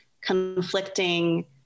conflicting